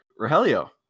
Rahelio